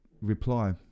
reply